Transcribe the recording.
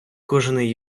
кожний